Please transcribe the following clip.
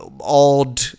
odd